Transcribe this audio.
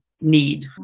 need